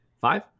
five